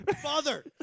Father